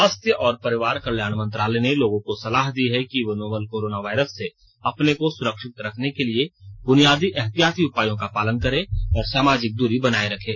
स्वास्थ्य और परिवार कल्याण मंत्रालय ने लोगों को सलाह दी है कि वे नोवल कोरोना वायरस से अपने को सुरक्षित रखने के लिए सभी बुनियादी एहतियाती उपायों का पालन करें और सामाजिक दूरी बनाए रखें